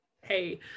hey